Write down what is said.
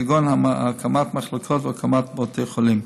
כגון הקמת מחלקות והקמת בתי חולים.